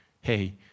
Hey